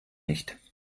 nicht